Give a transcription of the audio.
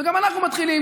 ואז גם אנחנו מתחילים,